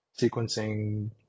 sequencing